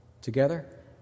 together